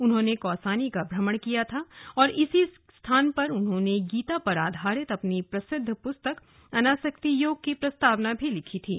उन्होंने कौसानी का भ्रमण किया था व इसी स्थान पर उन्होंने गीता पर आधारित अपनी प्रसिद्ध पुस्तक अनासक्ति योग की प्रस्तावना लिखी थी